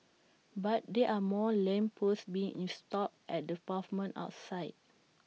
but there are more lamp posts being installed at the pavement outside